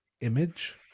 image